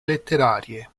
letterarie